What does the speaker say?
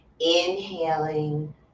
Inhaling